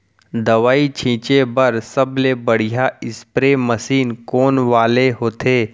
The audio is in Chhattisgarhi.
दवई छिंचे बर सबले बढ़िया स्प्रे मशीन कोन वाले होथे?